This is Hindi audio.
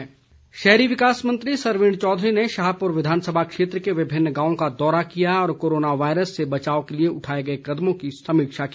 सरवीण शहरी विकास मंत्री सरवीण चौधरी ने शाहपुर विधानसभा क्षेत्र के विभिन्न गावों का दौरा किया और कोरोना वायरस से बचाव के लिए उठाए गए कदमों की समीक्षा की